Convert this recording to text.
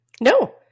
No